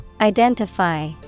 Identify